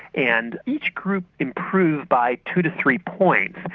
and each group improved by two to three points.